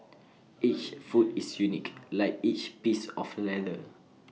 each foot is unique like each piece of leather